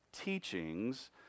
teachings